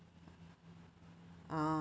ah